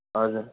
हजुर